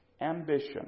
ambition